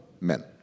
men